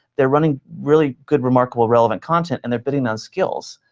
they're running really good, remarkable, relevant content, and they're bidding on skills.